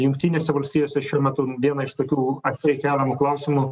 jungtinėse valstijose šiuo metu viena iš tokių atvirai keliamų klausimų